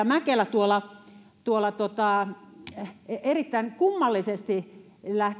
mäkelä tuolla tuolla erittäin kummallisesti